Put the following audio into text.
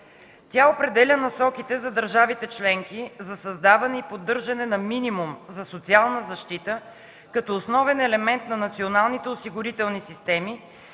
Тя определя насоките за държавите членки за създаване и поддържане на минимум за социална защита като основен елемент на националните осигурителни системи